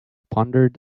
pondered